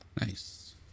Nice